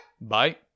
Bye